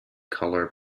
color